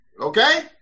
Okay